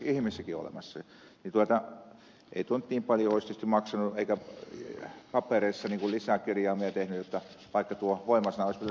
ei tuo nyt niin paljon olisi tietysti maksanut eikä papereissa lisäkirjaimia tehnyt vaikka tuo voima sana olisi vielä säilynytkin